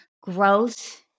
growth